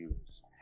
use